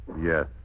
Yes